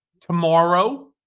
Tomorrow